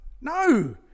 no